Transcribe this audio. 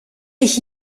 ich